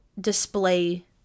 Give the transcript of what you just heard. display